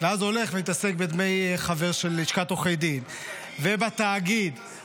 ואז הולך ומתעסק בדמי חבר של לשכת עורכי הדין ובתאגיד --- אז תגיד,